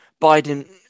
Biden